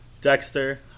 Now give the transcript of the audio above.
Dexter